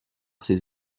ces